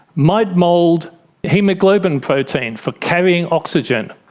might mould haemoglobin protein for carrying oxygen,